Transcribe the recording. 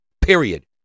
Period